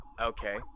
okay